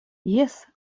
jes